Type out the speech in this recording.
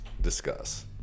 discuss